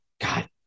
God